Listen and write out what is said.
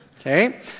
Okay